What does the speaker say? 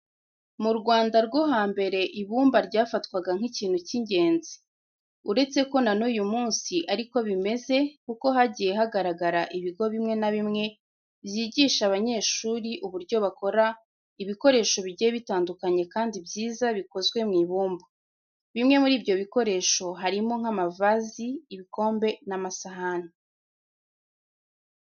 Mu Rwanda rwo hambere ibumba ryafatwaga nk'ikintu cy'ingenzi. Uretse ko na n'uyu munsi ari ko bimeze kuko hagiye hagaragara ibigo bimwe na bimwe byigisha abanyeshuri uburyo bakora ibikoresho bigiye bitandukanye kandi byiza bikozwe mu ibumba. Bimwe muri ibyo bikoresho harimo nk'amavazi, ibikombe n'amasahani.